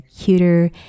cuter